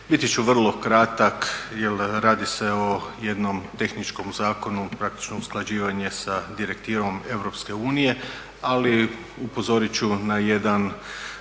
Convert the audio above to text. Biti ću vrlo kratak jer radi se o jednom tehničkom zakonu, praktično usklađivanje sa direktivom Europske unije ali upozoriti ću na jednu